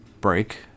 break